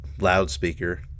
loudspeaker